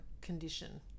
condition